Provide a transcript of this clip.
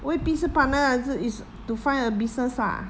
未必是 partner lah 就是 is to find a business lah